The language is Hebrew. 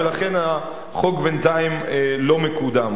ולכן החוק בינתיים לא מקודם,